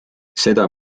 seda